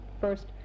first